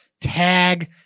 tag